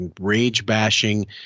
rage-bashing